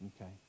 Okay